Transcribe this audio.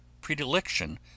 predilection